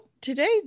today